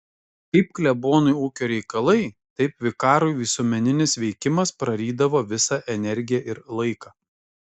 kaip klebonui ūkio reikalai taip vikarui visuomeninis veikimas prarydavo visą energiją ir laiką